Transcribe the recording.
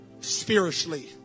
spiritually